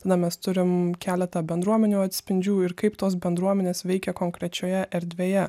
na mes turim keletą bendruomenių atspindžių ir kaip tos bendruomenės veikia konkrečioje erdvėje